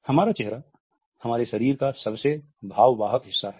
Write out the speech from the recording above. हमारा चेहरा हमारे शरीर का सबसे भाववाहक हिस्सा है